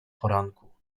poranku